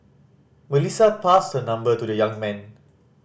Melissa passed her number to the young man